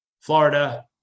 florida